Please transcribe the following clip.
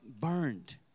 burned